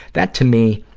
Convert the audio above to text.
that to me